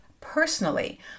personally